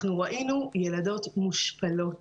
אנחנו ראינו ילדות מושפלות